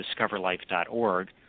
discoverlife.org